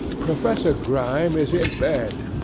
professor grime is in bed,